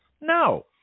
No